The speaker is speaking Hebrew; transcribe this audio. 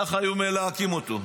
ככה היו מלהקים אותו.